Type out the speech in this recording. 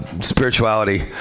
spirituality